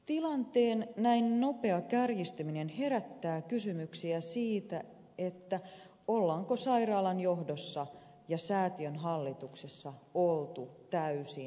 tilanteen näin nopea kärjistyminen herättää kysymyksiä siitä onko sairaalan johdossa ja säätiön hallituksessa oltu täysin hereillä